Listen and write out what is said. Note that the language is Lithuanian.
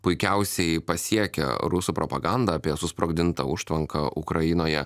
puikiausiai pasiekia rusų propaganda apie susprogdintą užtvanką ukrainoje